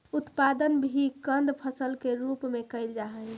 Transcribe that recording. उत्पादन भी कंद फसल के रूप में कैल जा हइ